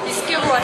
תזכרו את,